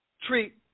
treat